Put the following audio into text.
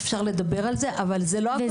אפשר לדבר על זה אבל זה לא הכותרת --- זה